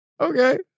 Okay